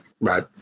Right